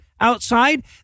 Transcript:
outside